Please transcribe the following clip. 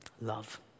love